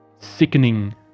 sickening